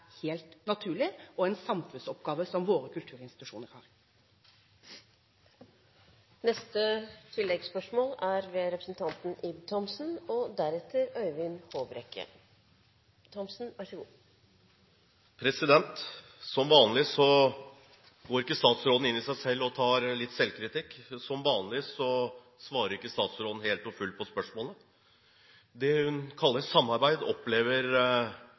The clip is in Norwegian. helt naturlig og en samfunnsoppgave som våre kulturinstitusjoner har. Ib Thomsen – til oppfølgingsspørsmål. Som vanlig går ikke statsråden i seg selv og tar litt selvkritikk. Som vanlig svarer ikke statsråden helt og fullt på spørsmålet. Det hun kaller samarbeid, opplever